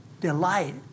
delight